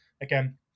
again